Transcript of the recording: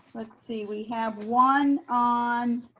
let's see. we have one on